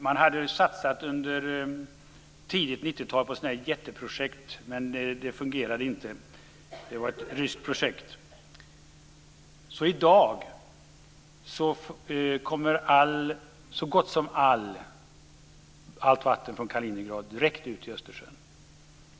Man hade under tidigt 90-tal satsat på sådana här jätteprojekt, men det fungerade inte. Det var ett ryskt projekt. I dag kommer så gott som allt vatten från Kaliningrad direkt ut i Östersjön.